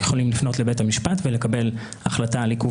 הם יכולים לפנות לבית המשפט ולקבל החלטה על עיכוב